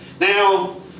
Now